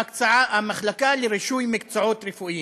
המחלקה לרישוי מקצועות רפואיים.